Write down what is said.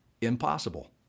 impossible